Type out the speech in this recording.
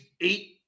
eight